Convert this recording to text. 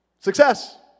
Success